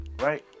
right